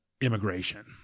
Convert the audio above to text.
immigration